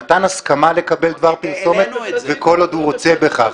שנתן הסכמה לקבל דבר פרסומת וכל עוד הוא רוצה בכך.